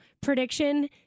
prediction